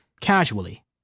casually